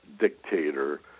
dictator